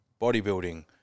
bodybuilding